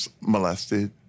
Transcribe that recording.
molested